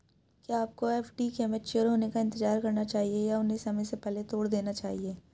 क्या आपको एफ.डी के मैच्योर होने का इंतज़ार करना चाहिए या उन्हें समय से पहले तोड़ देना चाहिए?